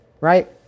Right